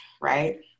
right